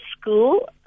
school